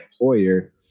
employer